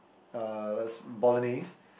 uh like bolognese